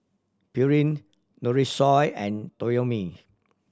Pureen Nutrisoy and Toyomi